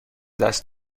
دست